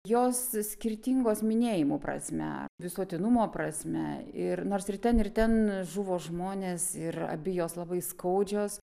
jos skirtingos minėjimų prasme visuotinumo prasme ir nors ir ten ir ten žuvo žmonės ir abi jos labai skaudžios